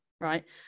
Right